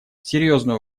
серьезную